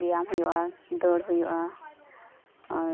ᱵᱮᱭᱟᱢ ᱦᱩᱭᱩᱜᱼᱟ ᱫᱟᱹᱲ ᱦᱩᱭᱩᱜᱼᱟ ᱟᱨ